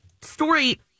story